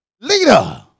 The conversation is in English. leader